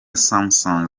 samsung